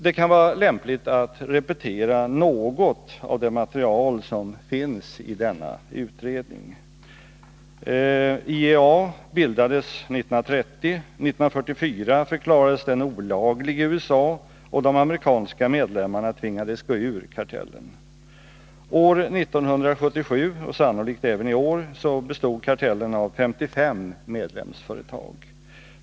Det kan vara lämpligt att repetera något av det material som finns i denna utredning. IEA bildades 1930. År 1944 förklarades den olaglig i USA, och de amerikanska medlemmarna tvingades gå ur kartellen. År 1977 och sannolikt även i år bestod kartellen av 55 medlemsföretag.